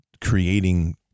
creating